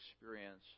experience